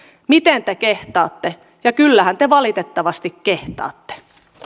miten te kehtaatte kyllähän te valitettavasti kehtaatte